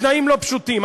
בתנאים לא פשוטים,